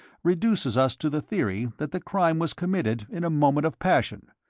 reduces us to the theory that the crime was committed in a moment of passion.